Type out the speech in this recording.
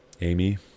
Amy